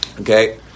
Okay